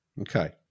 Okay